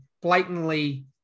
blatantly